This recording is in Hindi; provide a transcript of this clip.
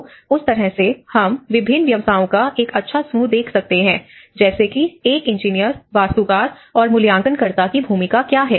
तो उस तरह से हम विभिन्न व्यवसायों का एक अच्छा समूह देख सकते हैं जैसे कि एक इंजीनियर वास्तुकार और मूल्यांकनकर्ता की भूमिका क्या है